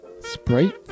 Sprite